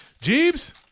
Jeebs